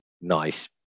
nice